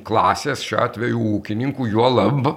klasės šiuo atveju ūkininkų juolab